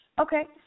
Okay